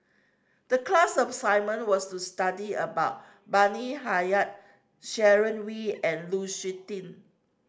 the class of was to study about Bani Haykal Sharon Wee and Lu Suitin